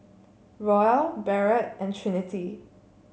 Roel Barrett and Trinity